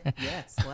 Yes